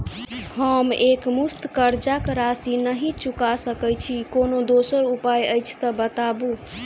हम एकमुस्त कर्जा कऽ राशि नहि चुका सकय छी, कोनो दोसर उपाय अछि तऽ बताबु?